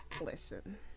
Listen